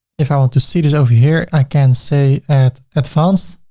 if i want to see this over here, i can say at advanced,